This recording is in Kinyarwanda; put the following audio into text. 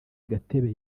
gatebe